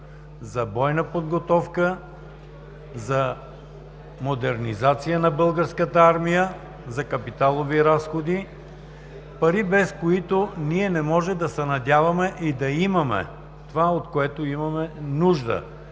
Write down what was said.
за бойна подготовка, за модернизация на Българската армия, за капиталови разходи, пари, без които не можем да се надяваме и да имаме това, от което имаме нужда